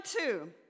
two